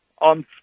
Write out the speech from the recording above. on